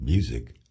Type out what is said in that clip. Music